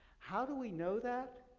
how do we know that?